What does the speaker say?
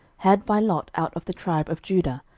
had by lot out of the tribe of judah,